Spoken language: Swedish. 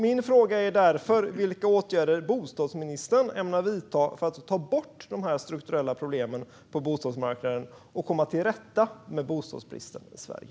Min fråga är därför vilka åtgärder bostadsministern ämnar vidta för att ta bort de strukturella problemen på bostadsmarknaden och komma till rätta med bostadsbristen i Sverige.